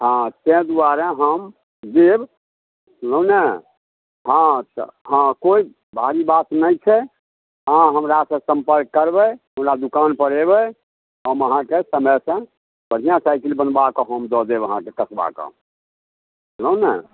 हँ तैं दुआरे हम देब बुझलहुँ ने हँ कोइ भारी बात नहि छै अहाँ हमरासँ सम्पर्क करबै हमरा दोकानपर एबै हम अहाँके समयसँ बढ़िआँ साईकिल हम बनबाके दऽ देब हम अहाँके कसबा कऽ बुझलहुँ ने